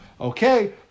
Okay